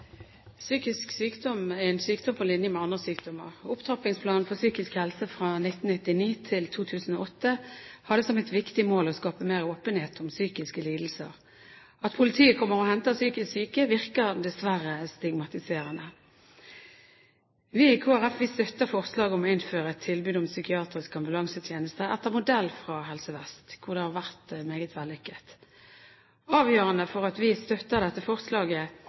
Psykisk sykdom er en sykdom på linje med andre sykdommer. Opptrappingsplanen for psykisk helse 1999–2008 hadde som et viktig mål å skape mer åpenhet om psykiske lidelser. At politiet kommer og henter psykisk syke, virker dessverre stigmatiserende. Vi i Kristelig Folkeparti støtter forslaget om å innføre et tilbud om psykiatrisk ambulansetjeneste etter modell fra Helse Vest hvor det har vært meget vellykket. Avgjørende for at vi støtter dette forslaget,